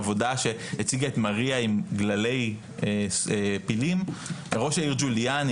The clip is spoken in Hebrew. עבודה שהציגה את מריה עם גללי פילים וראש העיר ג'וליאני